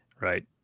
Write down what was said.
right